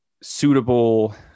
suitable